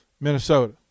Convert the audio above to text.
Minnesota